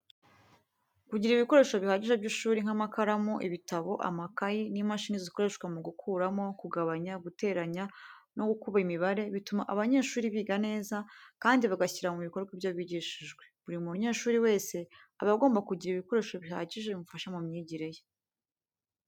Kugira ibikoresho bihagije by'ishuri nk'amakaramu, ibitabo, amakayi n'imashini zikoreshwa mu gukuramo, kugabanya, guteranya no gukuba imibare, bituma abanyeshuri biga neza kandi bagashyira mu bikorwa ibyo bigishijwe. Buri munyeshuri wese aba agomba kugira ibikoresho bihagije bimufasha mu myigire ye.